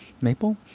Maple